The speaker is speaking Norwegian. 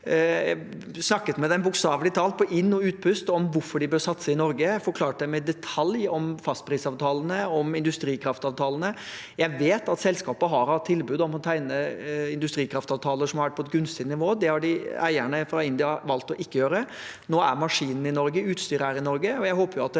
Jeg snakket med dem bokstavelig talt på innpust og utpust om hvorfor de bør satse i Norge. Jeg forklarte dem i detalj om fastprisavtalene og om industrikraftavtalene. Jeg vet at selskapet har hatt tilbud om å tegne industrikraftavtaler på et gunstig nivå – det har eierne fra India valgt å ikke gjøre. Nå er maskinene i Norge, utstyret er i Norge,